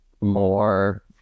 more